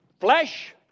flesh